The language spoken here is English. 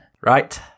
right